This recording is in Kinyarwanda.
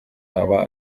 aba